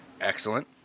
Excellent